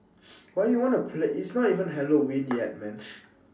why you wanna play it's not even halloween yet man